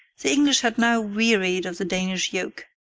the english had now wearied of the danish yoke.